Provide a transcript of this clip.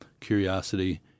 curiosity